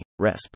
RESP